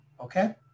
okay